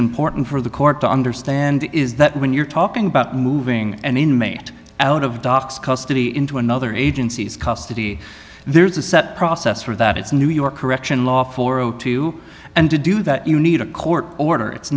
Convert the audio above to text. important for the court to understand is that when you're talking about moving an inmate out of doc's custody into another agency's custody there's a set process for that it's a new york correction law for two and to do that you need a court order it's